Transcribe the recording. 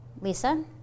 Lisa